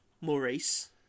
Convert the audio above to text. Maurice